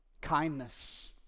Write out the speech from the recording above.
Kindness